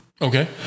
Okay